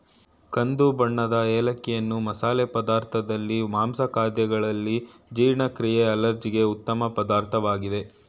ಕಂದು ಬಣ್ಣದ ಏಲಕ್ಕಿಯನ್ನು ಮಸಾಲೆ ಪದಾರ್ಥದಲ್ಲಿ, ಮಾಂಸ ಖಾದ್ಯಗಳಲ್ಲಿ, ಜೀರ್ಣಕ್ರಿಯೆ ಅಲರ್ಜಿಗೆ ಉತ್ತಮ ಪದಾರ್ಥವಾಗಿದೆ